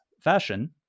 fashion